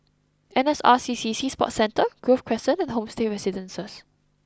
N S R C C Sea Sports Centre Grove Crescent and Homestay Residences